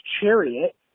chariot